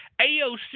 AOC